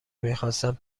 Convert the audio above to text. میخواستم